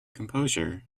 composure